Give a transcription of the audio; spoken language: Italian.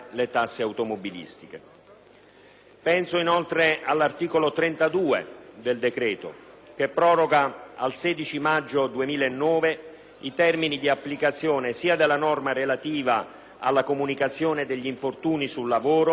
Penso, inoltre, all'articolo 32 del provvedimento che proroga al 16 maggio 2009 i termini di applicazione sia della norma relativa alla comunicazione degli infortuni sul lavoro di durata superiore al giorno